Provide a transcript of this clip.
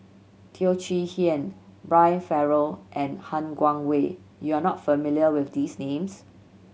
Teo Chee Hean Brian Farrell and Han Guangwei you are not familiar with these names